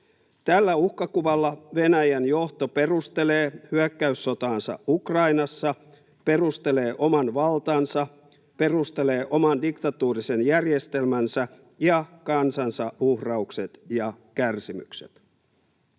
Tällä uhkakuvalla Venäjän johto perustelee hyökkäyssotaansa Ukrainassa, perustelee oman valtansa, perustelee oman diktatuurisen järjestelmänsä ja kansansa uhraukset ja kärsimykset.